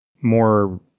more